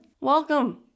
Welcome